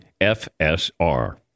FSR